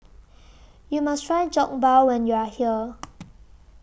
YOU must Try Jokbal when YOU Are here